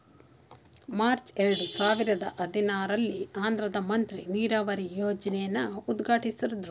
March ಎರಡು ಸಾವಿರದ ಹದಿನಾರಲ್ಲಿ ಆಂಧ್ರದ್ ಮಂತ್ರಿ ನೀರಾವರಿ ಯೋಜ್ನೆನ ಉದ್ಘಾಟ್ಟಿಸಿದ್ರು